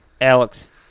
Alex